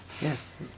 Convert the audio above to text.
Yes